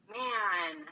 man